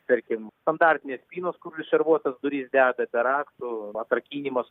tarkim standartinės spynos kur į šarvuotas duris deda be raktų atrakinimas